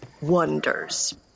wonders